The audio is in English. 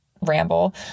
ramble